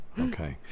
Okay